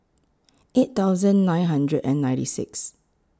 eight thousand nine hundred and ninety six